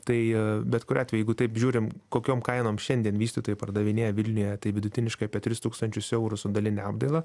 tai a bet kuriuo atveju taip žiūrim kokiom kainom šiandien vystytojai pardavinėja vilniuje vidutiniškai apie tris tūkstančius eurų su daline apdaila